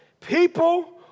People